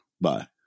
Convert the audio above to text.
Bye